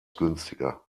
günstiger